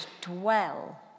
dwell